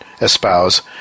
espouse